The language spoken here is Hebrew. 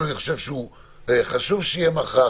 אני חושב שחשוב שהדיון יהיה מחר,